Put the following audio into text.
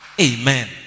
Amen